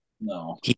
No